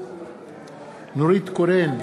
נורית קורן,